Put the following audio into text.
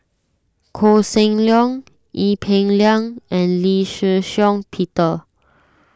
Koh Seng Leong Ee Peng Liang and Lee Shih Shiong Peter